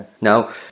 Now